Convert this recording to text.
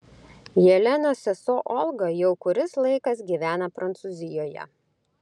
jelenos sesuo olga jau kuris laikas gyvena prancūzijoje